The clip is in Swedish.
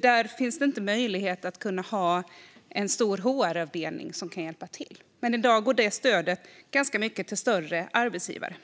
Där finns det inte möjlighet att kunna ha en stor HR-avdelning som kan hjälpa till. I dag går det stödet ganska mycket till större arbetsgivare.